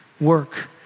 work